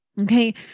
Okay